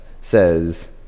says